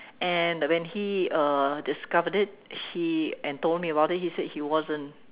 and when he uh discovered it he and told me about it he said he wasn't